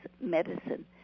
medicine